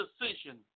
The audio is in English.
decision